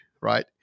right